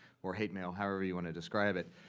or hate mail, however you want to describe it.